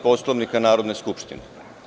Poslovnika Narodne skupštine.